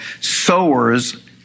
sowers